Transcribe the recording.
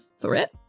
threat